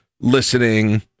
listening